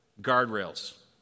guardrails